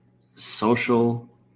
social